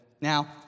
Now